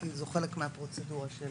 כי זה חלק מהפרוצדורה של